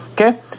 Okay